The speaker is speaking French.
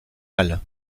mal